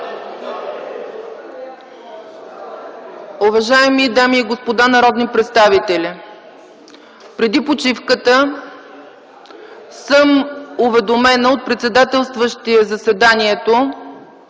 Уважаеми дами и господа народни представители, преди почивката съм уведомена от председателстващия заседанието,